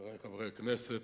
חברי חברי הכנסת,